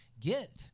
get